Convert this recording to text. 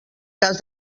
cas